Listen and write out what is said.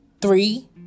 Three